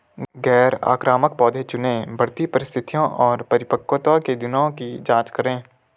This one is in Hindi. गैर आक्रामक पौधे चुनें, बढ़ती परिस्थितियों और परिपक्वता के दिनों की जाँच करें